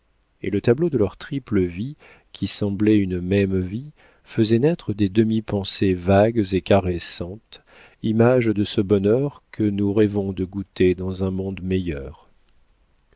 et le tableau de leur triple vie qui semblait une même vie faisait naître des demi pensées vagues et caressantes image de ce bonheur que nous rêvons de goûter dans un monde meilleur